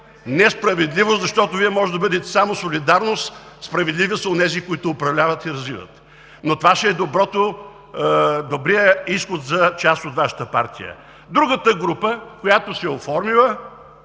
Не справедливост, защото Вие може да бъдете само солидарни, справедливи са онези, които управляват и развиват, но това ще е добрият изход за част от Вашата партия. Другата група, която се е оформила,